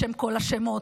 בשם כל השמות,